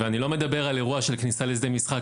ואני לא מדבר על אירוע כניסה לשדה משחק,